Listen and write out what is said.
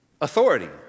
authority